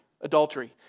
adultery